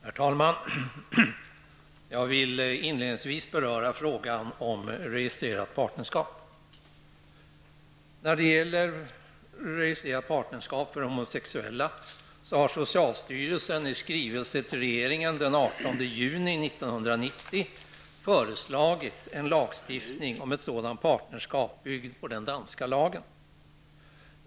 Herr talman! Jag vill inledningsvis beröra frågan om registrerat partnerskap. När det gäller registrerat partnerskap för homosexuella har socialstyrelsen i skrivelse till regeringen den 18 juni 1990 föreslagit en lagstiftning om ett sådant partnerskap byggd på den danska lagen.